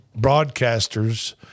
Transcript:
broadcasters